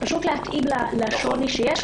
פשוט להתאים לשוני שיש,